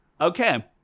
Okay